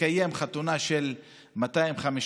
לקיים חתונה של 250,